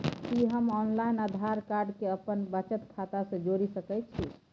कि हम online Aadhaar card के अपन बचत खाता से जोरि सकै छी?